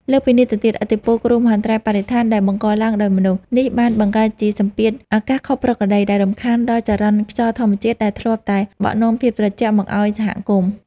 លើសពីនេះទៅទៀត ឥទ្ធិពល គ្រោះមហន្តរាយបរិស្ថានដែលបង្កឡើងដោយមនុស្ស នេះបានបង្កើតជាសម្ពាធអាកាសខុសប្រក្រតី ដែលរំខានដល់ចរន្តខ្យល់ធម្មជាតិដែលធ្លាប់តែបក់នាំភាពត្រជាក់មកឱ្យសហគមន៍។